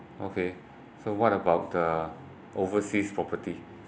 okay so what about uh overseas property